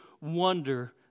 wonder